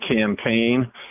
campaign